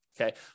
Okay